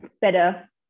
better